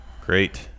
Great